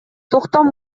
токтом